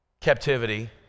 captivity